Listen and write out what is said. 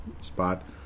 spot